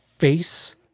face